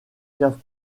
caves